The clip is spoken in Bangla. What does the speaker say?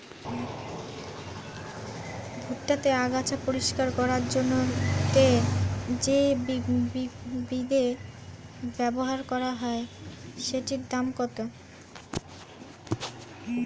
ভুট্টা তে আগাছা পরিষ্কার করার জন্য তে যে বিদে ব্যবহার করা হয় সেটির দাম কত?